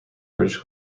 british